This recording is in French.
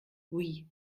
oui